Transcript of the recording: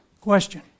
Question